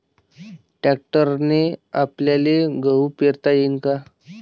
ट्रॅक्टरने आपल्याले गहू पेरता येईन का?